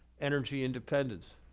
energy independence.